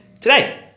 today